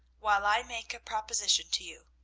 while i make a proposition to you.